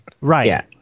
Right